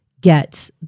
get